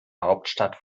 hauptstadt